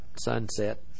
sunset